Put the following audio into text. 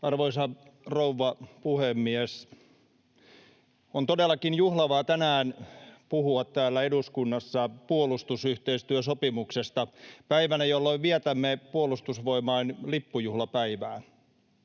Arvoisa rouva puhemies! On todellakin juhlavaa tänään puhua täällä eduskunnassa puolustusyhteistyösopimuksesta päivänä, jolloin vietämme puolustusvoimain lippujuhlan päivää.